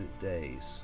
days